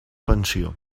pensió